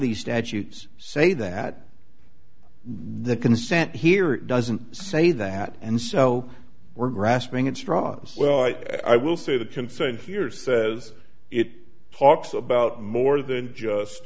these statutes say that the consent here doesn't say that and so we're grasping at straws well i will say that consent here says it talks about more than just